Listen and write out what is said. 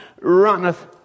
runneth